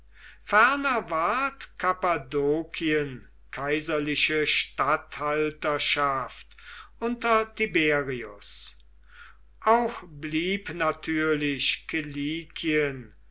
kappadokien kaiserliche statthalterschaft unter tiberius auch blieb natürlich